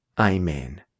Amen